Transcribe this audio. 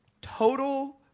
total